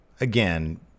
again